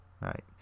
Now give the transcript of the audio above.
Right